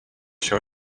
się